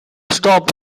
stop